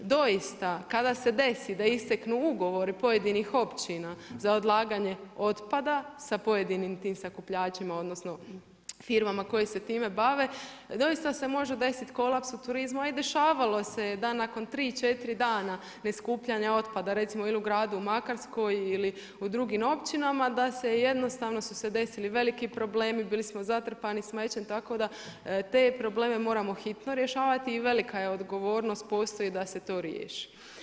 Doista, kada se desi da isteknu ugovori pojedinih općina za odlaganje otpada sa pojedinim tim sakupljačima odnosno firmama koje se time bave, doista se može desiti kolaps u turizmu, a i dešavalo je se da nakon 3, 4 dana ne skupljanja otpada recimo ili u gradu Makarskoj ili u drugim općinama da se jednostavno su se desili veliki problemi, bili smo zatrpani smećem, tako da te probleme moramo hitno rješavati i velika je odgovornost postoji da se to riješi.